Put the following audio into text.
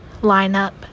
lineup